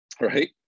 right